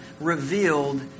revealed